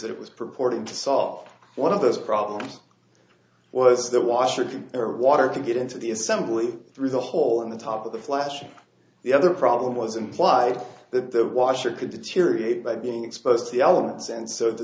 that it was purporting to solve one of those problems was the washer to air water to get into the assembly through the hole in the top of the flash the other problem was implied that the washer could deteriorate by being exposed to the elements and so the